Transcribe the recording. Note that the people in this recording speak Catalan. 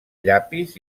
llapis